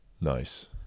Nice